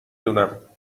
دونم